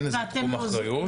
אין איזה תחום אחריות,